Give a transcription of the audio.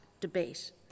debate